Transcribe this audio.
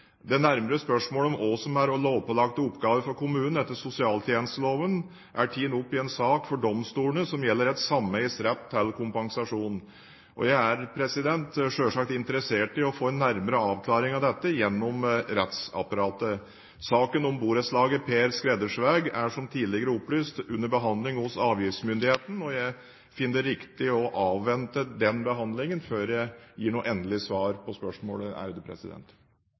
Det nærmere spørsmål om hva som er lovpålagte oppgaver for kommunen etter sosialtjenesteloven, er tatt opp i en sak for domstolene som gjelder et sameies rett til kompensasjon, og jeg er selvsagt interessert i å få en nærmere avklaring av dette gjennom rettsapparatet. Saken om borettslaget Per Skredders vei er – som tidligere opplyst – under behandling hos avgiftsmyndighetene, og jeg finner det riktig å avvente den behandlingen før jeg gir noe endelig svar på spørsmålet.